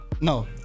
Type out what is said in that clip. No